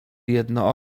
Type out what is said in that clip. jedno